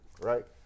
right